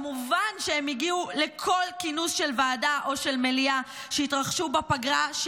כמובן שהם הגיעו לכל כינוס של ועדה או של מליאה שהתרחשו בפגרה,